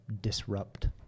disrupt